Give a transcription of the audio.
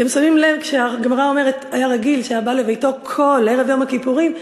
אתם שמים לב שהגמרא אומרת: היה רגיל שהיה בא לביתו כל ערב יום הכיפורים,